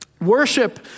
Worship